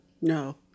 No